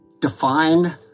Define